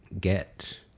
get